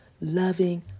loving